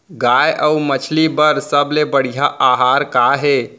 गाय अऊ मछली बर सबले बढ़िया आहार का हे?